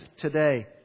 today